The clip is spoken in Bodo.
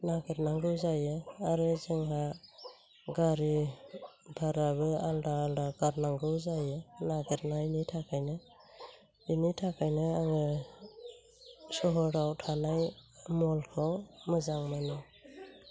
नागिरनांगौ जायो आरो जोंहा गारि भाराबो आलादा आलादा गारनांगौ जायो नागिरनायनि थाखायनो बेनिथाखायनो आङो सहराव थानाय मलखौ मोजां मोनो